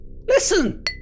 Listen